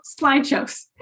slideshows